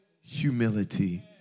humility